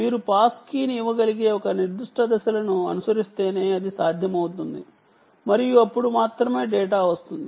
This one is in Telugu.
మీరు పాస్ కీని ఇవ్వగలిగే ఒక నిర్దిష్ట దశలను అనుసరిస్తేనే అది సాధ్యమవుతుంది మరియు అప్పుడు మాత్రమే డేటా వస్తుంది